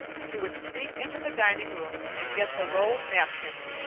she would sneak into the dining room and get the rolled napkins,